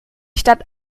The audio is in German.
stadt